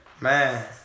Man